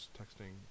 texting